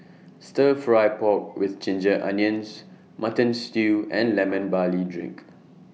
Stir Fry Pork with Ginger Onions Mutton Stew and Lemon Barley Drink